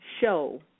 show